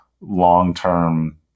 long-term